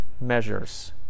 measures